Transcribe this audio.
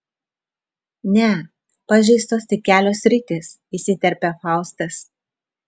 ne pažeistos tik kelios sritys įsiterpė faustas